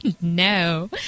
no